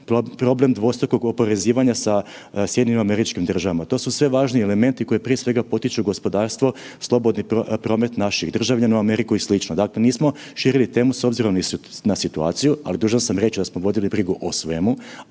problem dvostrukog oporezivanja sa SAD-om to su sve važni elementi koji prije svega potiču gospodarstvo, slobodni promet naših državljana u Ameriku i sl. Dakle nismo širili temu s obzirom na situaciju, ali dužan sam reć da smo vodili brigu o svemu,